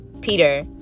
Peter